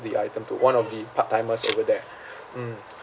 the item to one of the part timers over there mm